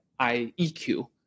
IEQ